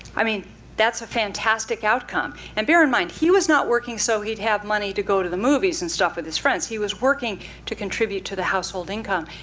i mean that's a fantastic outcome. and bear in mind, he was not working so he'd have money to go to the movies and stuff with his friends. he was working to contribute to the household income.